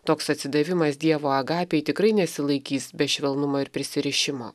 toks atsidavimas dievo agapei tikrai nesilaikys be švelnumo ir prisirišimo